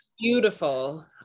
Beautiful